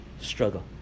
struggle